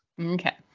Okay